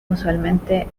usualmente